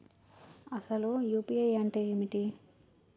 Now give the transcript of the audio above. అసలు యూ.పీ.ఐ అంటే ఏమిటి?